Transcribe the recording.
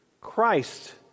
Christ